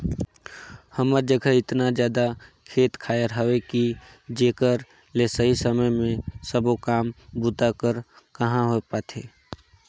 हमर जघा एतना जादा खेत खायर हवे कि जेकर ले सही समय मे सबो काम बूता हर कहाँ होए पाथे